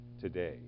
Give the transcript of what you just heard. today